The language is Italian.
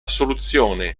soluzione